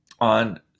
On